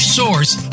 source